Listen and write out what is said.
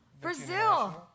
Brazil